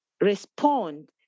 respond